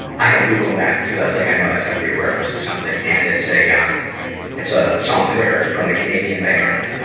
i had to google that because i was like i know that's got to be a reference to something, and it's a um it's a song lyric from the canadian band,